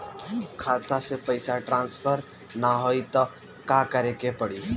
खाता से पैसा टॉसफर ना होई त का करे के पड़ी?